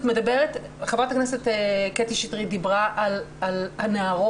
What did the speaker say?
חברת הכנסת קטי שטרית דיברה על הנערות.